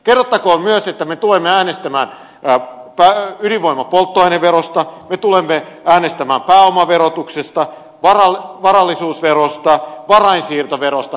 kerrottakoon myös että me tulemme äänestämään ydinvoiman polttoaineverosta me tulemme äänestämään pääomaverotuksesta varallisuusverosta varainsiirtoverosta